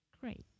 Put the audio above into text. Great